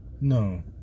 No